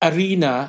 Arena